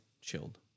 chilled